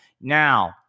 Now